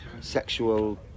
sexual